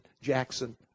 Jackson